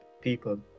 people